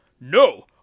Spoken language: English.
No